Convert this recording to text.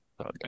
Okay